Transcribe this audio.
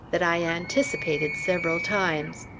that i anticipated several times.